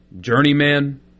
journeyman